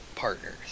partners